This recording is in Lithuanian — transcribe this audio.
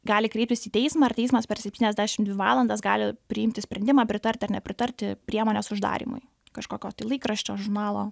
gali kreiptis į teismą ir teismas per septyniasdešim dvi valandas gali priimti sprendimą pritarti ar nepritarti priemonės uždarymui kažkokio laikraščio žurnalo